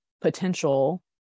potential